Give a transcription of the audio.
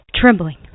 trembling